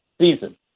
season